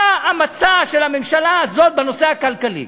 מה המצע של הממשלה הזאת בנושא הכלכלי?